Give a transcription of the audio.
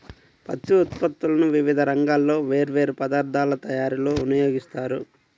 పత్తి ఉత్పత్తులను వివిధ రంగాల్లో వేర్వేరు పదార్ధాల తయారీలో వినియోగిస్తారు